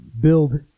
build